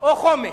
או חומש.